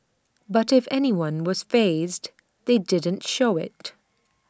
but if anyone was fazed they didn't show IT